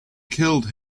killed